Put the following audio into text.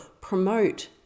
promote